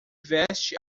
veste